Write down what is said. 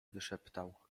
wyszeptał